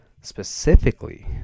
specifically